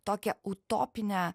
tokią utopinę